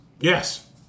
Yes